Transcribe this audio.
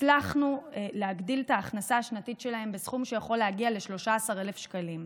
הצלחנו להגדיל את ההכנסה השנתית שלהם בסכום שיכול להגיע ל-13,000 שקלים.